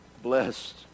blessed